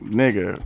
nigga